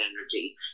energy